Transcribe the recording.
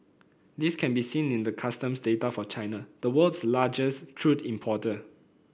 this can be seen in the customs data for China the world's largest crude importer